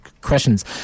questions